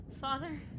father